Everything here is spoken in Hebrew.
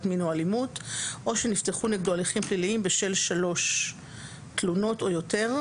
מין או אלימות או שנפתחו נגדו הליכים פליליים בשל שלושה תלונות או יותר,